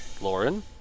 Lauren